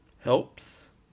helps